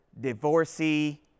divorcee